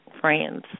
friends